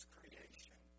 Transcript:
creation